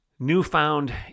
Newfound